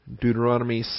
Deuteronomy